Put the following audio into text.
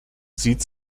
sieht